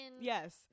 yes